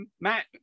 matt